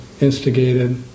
instigated